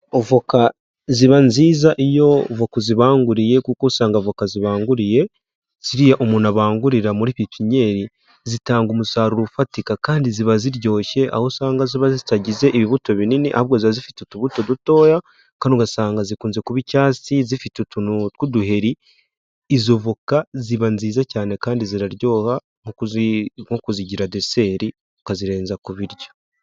Avoka ziba nziza iyo voka uzibanguriye kuko usanga avoka zibanguriye; ziriya umuntu abangurira muri pipinyeri zitanga umusaruro ufatika kandi ziba ziryoshye aho usanga ziba zitagize ibibuto binini ahubwo ziba zifite utubuto dutoya kandi ugasanga zikunze kuba icyatsi, zifite utunu tw'uduheri, izo voka ziba nziza cyane kandi ziraryoha nko kuzigira deseri ukazirenza ku biryo.